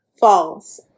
false